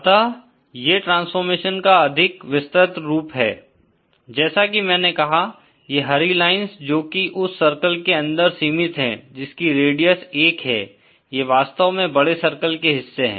अतः ये ट्रांसफॉर्मेशन का अधिक विस्तृत रूप है जैसा की मैंने कहा ये हरी लाइन्स जो की उस सर्किल के अंदर सीमित हैं जिसकी रेडियस 1 है ये वास्तव में बड़े सर्किल के हिस्से हैं